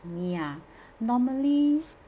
ya normally